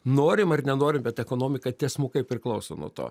norim ar nenorim bet ekonomika tiesmukai priklauso nuo to